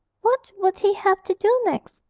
what would he have to do next?